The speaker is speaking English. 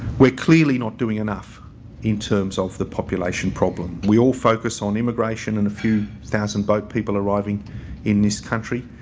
we're clearly not doing enough in terms of the population problem. we all focus on immigration and a few thousand boat people arriving in this country.